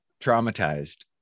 traumatized